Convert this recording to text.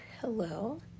hello